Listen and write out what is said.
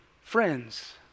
friends